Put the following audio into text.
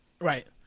right